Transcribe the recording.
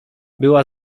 była